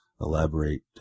elaborate